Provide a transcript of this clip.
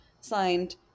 signed